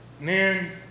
man